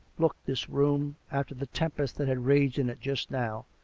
looked this room, after the tempest that had raged in it just now.